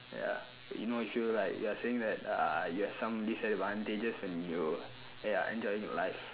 ya you know if you like you are saying that uh you have some disadvantages when you ya enjoying your life